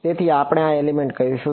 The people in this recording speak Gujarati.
તેથી આપણે આ એલિમેન્ટ કહીશું